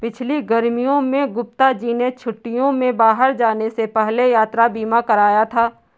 पिछली गर्मियों में गुप्ता जी ने छुट्टियों में बाहर जाने से पहले यात्रा बीमा कराया था